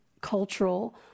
cultural